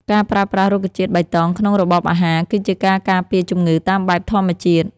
ការប្រើប្រាស់រុក្ខជាតិបៃតងក្នុងរបបអាហារ គឺជាការការពារជំងឺតាមបែបធម្មជាតិ។